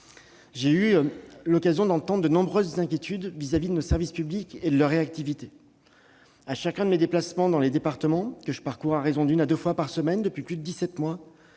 J'ai eu l'occasion d'entendre de nombreuses inquiétudes concernant nos services publics et leur réactivité. À chacun de mes déplacements dans les départements, que je parcours à raison d'une ou deux fois par semaine depuis plus de dix-sept